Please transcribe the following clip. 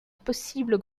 possible